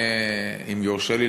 אם יורשה לי,